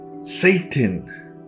Satan